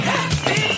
Happy